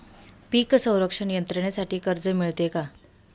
पीक संरक्षण यंत्रणेसाठी कर्ज मिळते का?